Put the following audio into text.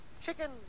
Chicken